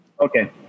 Okay